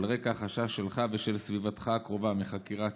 על רקע החשש שלך ושל סביבתך הקרובה מחקירה צפויה,